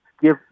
give